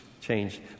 change